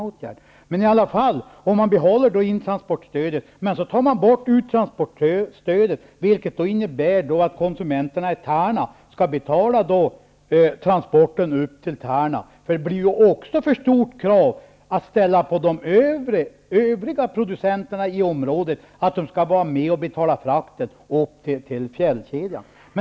Om man behåller intransportstödet och tar bort uttransportstödet innebär det att konsumenterna i Tärna skall betala transporten upp till Tärna. Det blir ett för stort krav att ställa på de övriga producenterna i området, att de skall vara med och betala frakten upp till fjällkedjan.